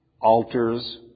altars